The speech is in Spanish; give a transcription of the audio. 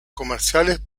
comerciales